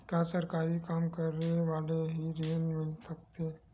का सरकारी काम करने वाले ल हि ऋण मिल सकथे?